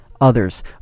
others